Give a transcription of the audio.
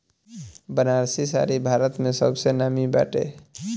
बनारसी साड़ी भारत में सबसे नामी बाटे